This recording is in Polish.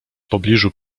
pobliżu